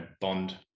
bond